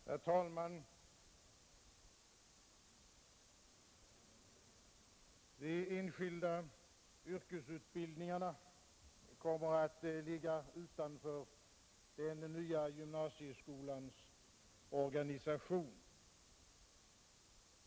Herr talman! Den enskilda yrkesutbildningen kommer att ligga utanför den nya gymnasieskolans organisation.